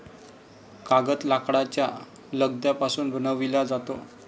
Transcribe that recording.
कागद लाकडाच्या लगद्यापासून बनविला जातो